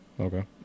Okay